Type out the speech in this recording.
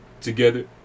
Together